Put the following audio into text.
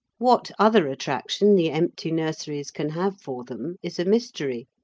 what other attraction the empty nurseries can have for them is a mystery,